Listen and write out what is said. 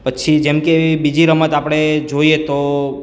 પછી જેમકે બીજી રમત આપણે જોઈએ તો